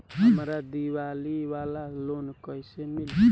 हमरा दीवाली वाला लोन कईसे मिली?